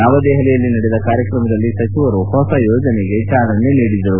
ನವದೆಪಲಿಯಲ್ಲಿ ನಡೆದ ಕಾರ್ಯಕ್ರಮದಲ್ಲಿ ಸಚಿವರು ಹೊಸ ಯೋಜನೆಗೆ ಚಾಲನೆ ನೀಡಿದರು